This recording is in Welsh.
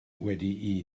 wedi